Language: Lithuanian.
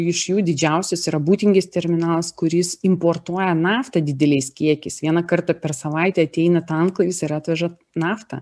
iš jų didžiausias yra būtingės terminalas kuris importuoja naftą dideliais kiekiais vieną kartą per savaitę ateina tanklaivis ir atveža naftą